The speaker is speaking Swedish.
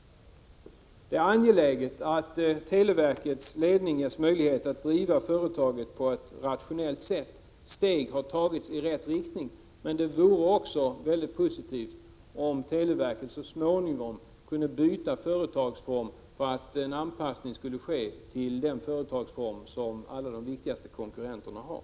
Det är angeläget att televerkets ledning ges möjlighet att driva företaget på ett rationellt sätt. Steg har tagits i rätt riktning, men det vore också väldigt positivt om televerket så småningom kunde byta företagsform. På det sättet skulle en anpassning ske till den företagsform som alla de viktigaste konkurrenterna har.